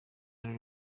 ruri